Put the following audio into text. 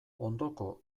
ondoko